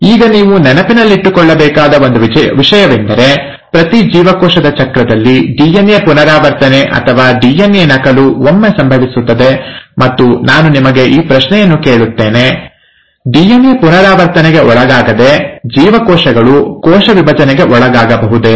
ಈಗ ನೀವು ನೆನಪಿನಲ್ಲಿಡಬೇಕಾದ ಒಂದು ವಿಷಯವೆಂದರೆ ಪ್ರತಿ ಜೀವಕೋಶದ ಚಕ್ರದಲ್ಲಿ ಡಿಎನ್ಎ ಪುನರಾವರ್ತನೆ ಅಥವಾ ಡಿಎನ್ಎ ನಕಲು ಒಮ್ಮೆ ಸಂಭವಿಸುತ್ತದೆ ಮತ್ತು ನಾನು ನಿಮಗೆ ಈ ಪ್ರಶ್ನೆಯನ್ನು ಕೇಳುತ್ತೇನೆ ಡಿಎನ್ಎ ಪುನರಾವರ್ತನೆಗೆ ಒಳಗಾಗದೆ ಜೀವಕೋಶಗಳು ಕೋಶ ವಿಭಜನೆಗೆ ಒಳಗಾಗಬಹುದೇ